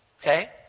Okay